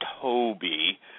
Toby